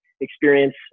experience